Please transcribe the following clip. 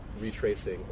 retracing